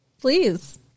please